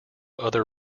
other